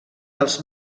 dels